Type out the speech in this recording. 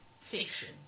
fiction